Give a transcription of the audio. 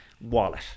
wallet